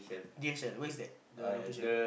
D_F_S where is that the location